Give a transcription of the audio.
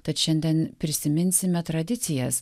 tad šiandien prisiminsime tradicijas